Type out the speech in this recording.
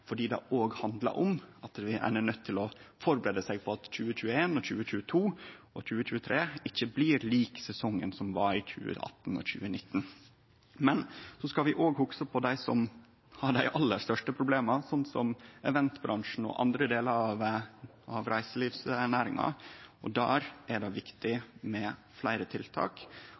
fordi det òg handlar om at ein er nøydd til å førebu seg på at 2021 og 2022 og 2023 ikkje blir lik sesongen som var i 2018 og 2019. Men så skal vi òg hugse på dei som har dei aller største problema, sånn som eventbransjen og andre delar av reiselivsnæringa, og der er det viktig med fleire tiltak.